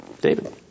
David